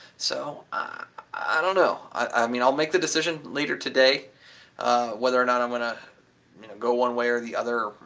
so i don't know. i mean, i'll make the decision later today whether or not i'm gonna you know go one way or the other,